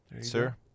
sir